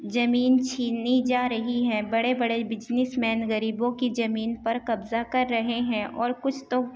زمین چھینی جا رہی ہے بڑے بڑے بزنس مین غریبوں کی زمین پر قبضہ کر رہے ہیں اور کچھ تو